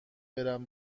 برم